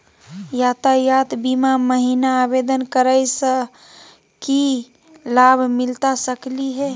यातायात बीमा महिना आवेदन करै स की लाभ मिलता सकली हे?